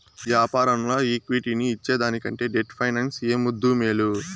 యాపారంల ఈక్విటీని ఇచ్చేదానికంటే డెట్ ఫైనాన్సింగ్ ఏ ముద్దూ, మేలు